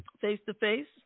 face-to-face